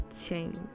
change